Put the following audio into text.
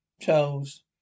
Charles